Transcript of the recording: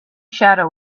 shadow